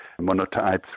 monotypes